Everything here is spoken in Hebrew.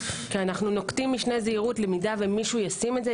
כי אנו נוקטים משנה זהירות למקרה שמישהו ישים את זה.